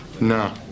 No